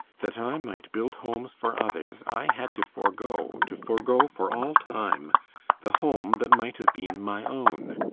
that i might build homes for others, i had to forego to forego for all time the home that might have been my own.